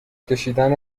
کشیدن